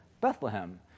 Bethlehem